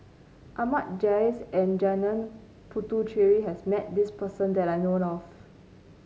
Ahmad Jais and Janil Puthucheary has met this person that I know of